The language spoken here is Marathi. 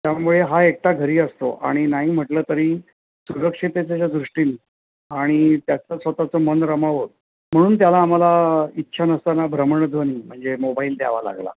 त्यामुळे हा एकटा घरी असतो आणि नाही म्हटलं तरी सुरक्षिततेच्या दृष्टीनी आणि त्याचं स्वतःचं मन रमावं म्हणून त्याला आम्हाला इच्छा नसताना भ्रमणध्वनी म्हणजे मोबाईल द्यावा लागला